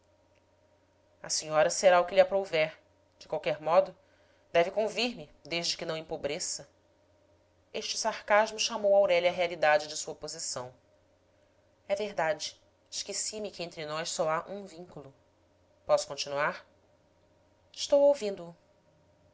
a senhora será o que lhe aprouver de qualquer modo deve convir me desde que não empobreça este sarcasmo chamou aurélia à realidade de sua posição é verdade esqueci-me que entre nós só há um vínculo posso continuar estou ouvindo-o